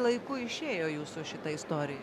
laiku išėjo jūsų šita istorija